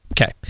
Okay